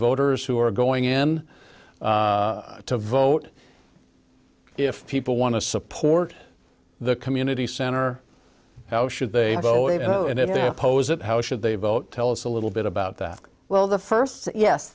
voters who are going in to vote if people want to support the community center how should be it is oppose it how should they vote tell us a little bit about that well the first yes